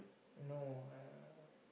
no uh